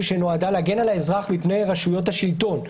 שנועד להגן על האזרח מפני רשויות השלטון.